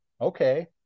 okay